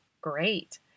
great